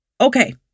Okay